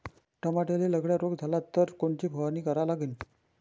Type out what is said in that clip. टमाट्याले लखड्या रोग झाला तर कोनची फवारणी करा लागीन?